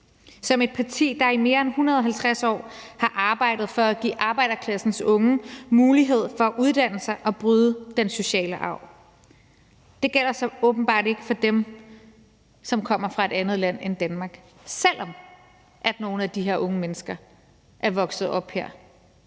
om et parti, der i mere end 150 år har arbejdet for at give arbejderklassens unge mulighed for at uddanne sig og bryde den sociale arv. Det gælder så åbenbart ikke for dem, som kommer fra et andet land end Danmark, selv om nogle af de her unge mennesker er vokset op her.